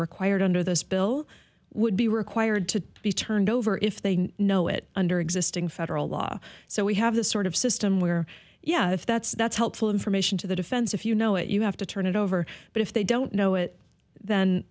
required under this bill would be required to be turned over if they know it under existing federal law so we have this sort of system where yeah if that's that's helpful information to the defense if you know it you have to turn it over but if they don't know it then